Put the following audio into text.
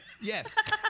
Yes